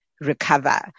recover